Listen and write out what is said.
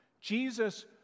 Jesus